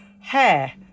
hair